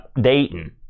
Dayton